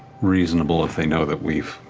reasonable if they know that we've